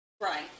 Right